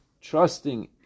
Trusting